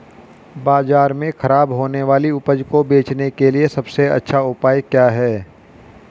बाजार में खराब होने वाली उपज को बेचने के लिए सबसे अच्छा उपाय क्या है?